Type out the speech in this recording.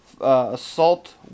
assault